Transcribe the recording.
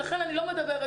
ולכן אני לא מדברת.